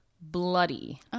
bloody